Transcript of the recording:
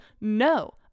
No